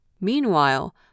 Meanwhile